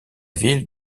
ville